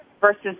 versus